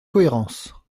cohérence